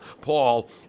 Paul